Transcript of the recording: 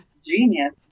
Genius